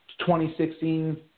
2016